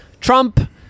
Trump